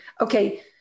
Okay